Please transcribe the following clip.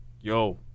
yo